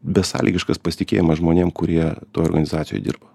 besąlygiškas pasitikėjimas žmonėm kurie toj organizacijoj dirba